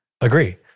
Agree